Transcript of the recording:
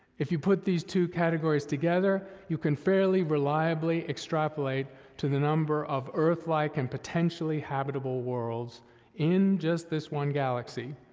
if you put these two categories together, you can fairly reliably extrapolate to the number of earth-like and potentially habitable worlds in just this one galaxy.